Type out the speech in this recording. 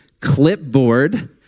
clipboard